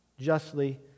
justly